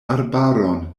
arbaron